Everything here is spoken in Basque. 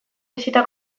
bisita